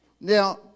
Now